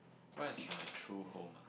what is my true home ah